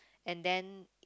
and then